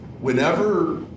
whenever